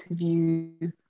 interview